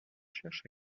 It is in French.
cherchent